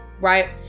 Right